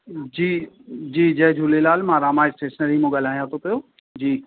जी जी जय झूलेलाल मां रामा स्टेशनरी मां ॻाल्हायां थो पियो जी